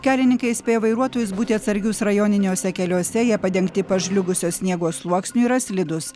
kelininkai įspėja vairuotojus būti atsargius rajoniniuose keliuose jie padengti pažliugusio sniego sluoksniu yra slidūs